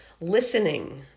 listening